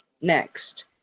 next